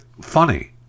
funny